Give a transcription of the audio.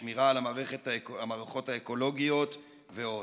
שמירה על המערכות האקולוגיות ועוד.